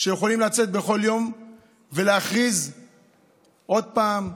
שהם יכולים לצאת בכל יום ולהכריז עוד פעם: